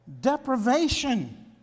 Deprivation